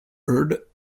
heard